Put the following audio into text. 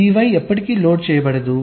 ఈ Y ఎప్పటికీ load చేయబడదు